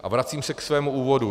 A vracím se k svému úvodu.